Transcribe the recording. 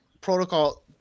protocol